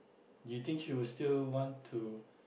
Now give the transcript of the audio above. do you think she will still want to